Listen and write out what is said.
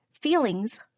Feelings